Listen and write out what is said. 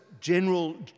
general